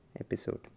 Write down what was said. episode